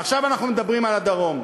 עכשיו אנחנו מדברים על הדרום.